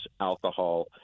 alcohol